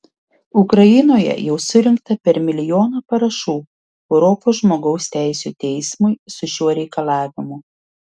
ukrainoje jau surinkta per milijoną parašų europos žmogaus teisių teismui su šiuo reikalavimu